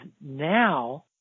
now